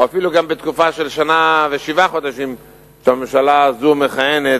אפילו בתקופה של שנה ושבעה חודשים שהממשלה הזאת מכהנת.